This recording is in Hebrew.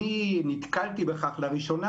אני נתקלתי בכך לראשונה,